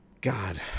God